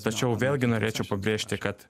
tačiau vėlgi norėčiau pabrėžti kad